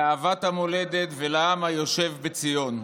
לאהבת המולדת ולעם היושב בציון.